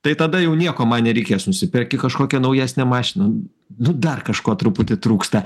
tai tada jau nieko man nereikės nusiperki kažkokią naujesnę mašiną nu dar kažko truputį trūksta